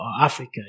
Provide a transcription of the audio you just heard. Africa